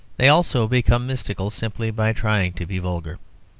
they also become mystical, simply by trying to be vulgar.